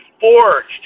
forged